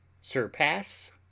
surpass